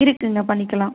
இருக்குங்க பண்ணிக்கலாம்